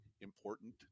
important